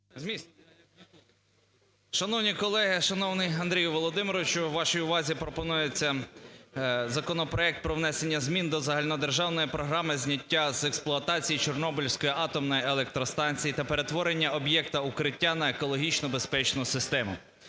Шановні колеги, шановний Андрію Володимировичу, вашій увазі пропонується законопроект про внесення змін до Загальнодержавної програми зняття з експлуатації Чорнобильської атомної електростанції та перетворення об'єкта "Укриття" на екологічно безпечну систему.